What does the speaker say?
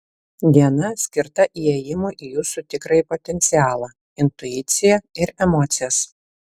diena skirta įėjimui į jūsų tikrąjį potencialą intuiciją ir emocijas